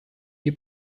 die